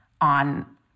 on